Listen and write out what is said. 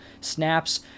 snaps